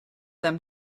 them